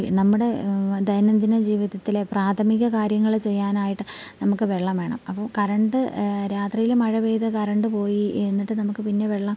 നമ്മുടെ ദൈനംദിന ജീവിതത്തിലെ പ്രാഥമിക കാര്യങ്ങൾ ചെയ്യാനായിട്ട് നമ്മൾക്ക് വെള്ളം വേണം അപ്പം കരണ്ട് രാത്രിയിൽ മഴ പെയ്തു കറണ്ട് പോയി എന്നിട്ട് നമ്മൾക്ക് പിന്നെ വെള്ളം